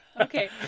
Okay